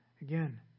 Again